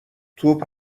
توپ